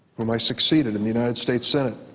whom i succeeded in the united states senate.